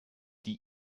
die